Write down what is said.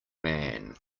man